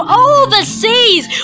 overseas